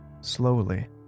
Slowly